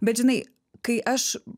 bet žinai kai aš